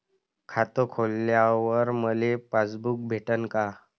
खातं खोलल्यावर मले पासबुक भेटन का?